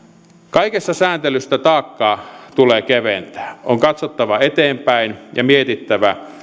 kaikessa sääntelyssä taakkaa tulee keventää on katsottava eteenpäin ja mietittävä